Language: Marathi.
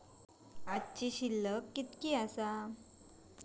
आजचो शिल्लक कीतक्या आसा?